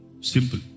Simple